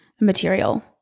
material